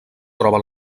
troba